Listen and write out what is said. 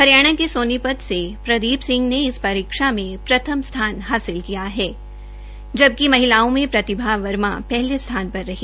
हरियाणा से सोनीपत के प्रदीप सिह ने इस परीक्षा में प्रथम स्थान हासिल किया है जबकि महिलाओं में प्रतिभा वर्मा पहले स्थान पर रही